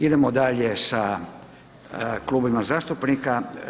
Idemo dalje sa klubovima zastupnika.